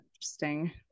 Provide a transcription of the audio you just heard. interesting